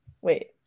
wait